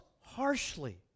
harshly